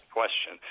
question